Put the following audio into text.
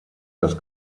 das